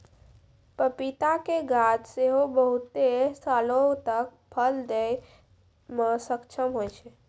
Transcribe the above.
पपीता के गाछ सेहो बहुते सालो तक फल दै मे सक्षम होय छै